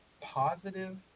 positive